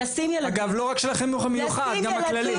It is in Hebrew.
אגב, לא רק של החינוך המיוחד, גם הכללי.